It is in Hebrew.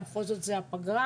בכל זאת זה הפגרה,